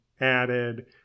added